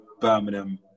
Birmingham